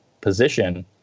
position